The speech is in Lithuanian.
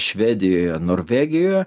švedijoje norvegijoje